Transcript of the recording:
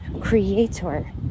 creator